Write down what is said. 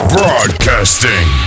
Broadcasting